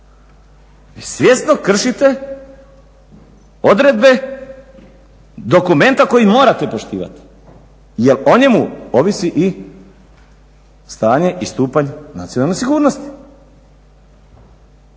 Svjesno kršite odredbe dokumenta koji morate poštivati jer o njemu ovisi i stanje i stupanj nacionalne sigurnosti.